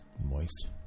Moist